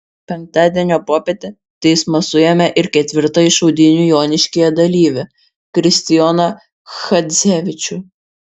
penktadienio popietę teismas suėmė ir ketvirtąjį šaudynių joniškyje dalyvį kristijoną chadzevičių